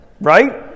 right